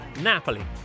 Napoli